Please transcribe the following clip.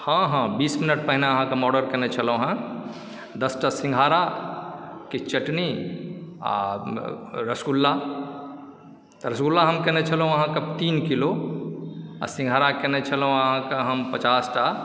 हँ हँ बीस मिनट पहिने हम अहाँके ऑर्डर केने छलौहँ दसटा सिङ्घारा किछु चटनी आओर आओर रसगुल्ला रसगुल्ला हम केने छलहुँ अहाँके तीन किलो आओर सिङ्घारा केने छलौं अहाँके हम पचासटा